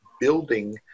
building